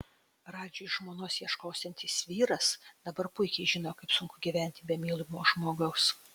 radžiui žmonos ieškosiantis vyras dabar puikiai žino kaip sunku gyventi be mylimo žmogaus